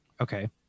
Okay